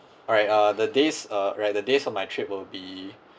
alright uh the days err right the days of my trip will be